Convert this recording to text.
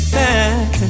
back